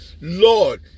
lord